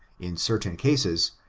in certain cases,